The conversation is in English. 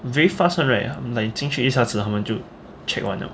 very fast [one] right like 进去一下子他们就 check 完了